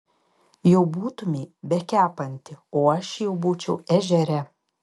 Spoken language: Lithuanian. jau būtumei bekepanti o aš jau būčiau ežere